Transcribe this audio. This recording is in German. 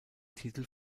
titel